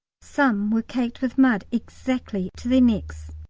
some were caked with mud exactly to their necks!